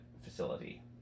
facility